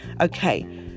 Okay